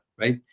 right